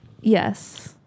Yes